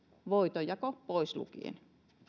voitonjako pois lukien